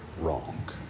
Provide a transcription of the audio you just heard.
wrong